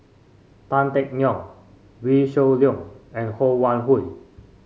Tan Teck Neo Wee Shoo Leong and Ho Wan Hui